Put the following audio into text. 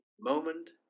moment